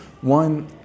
One